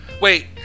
Wait